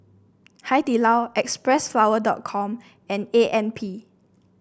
Hai Di Lao Xpressflower dot com and A M P